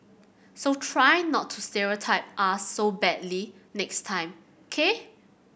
so try not to stereotype us so badly next time ok